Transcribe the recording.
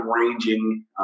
ranging